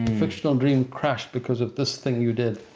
fictional dream crashed because of this thing you did,